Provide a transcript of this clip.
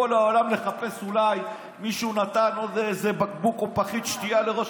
העולם יחפש אולי אם מישהו נתן עוד איזה בקבוק או פחית שתייה לראש